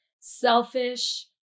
selfish